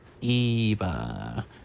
Eva